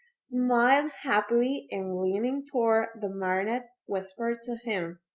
smiled happily and leaning toward the marionette, whispered to him